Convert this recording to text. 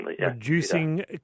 Reducing